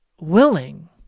willing